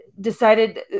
decided